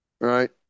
right